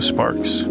Sparks